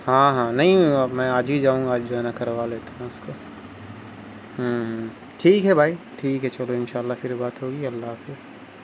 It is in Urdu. ہاں ہاں نہیں میں آج ہی جاؤں گا آج جو ہے نا کروا لیتا ہوں اس کو ہوں ہوں ٹھیک ہے بھائی ٹھیک ہے چلو انشا اللہ پھر بات ہوگی اللہ حافظ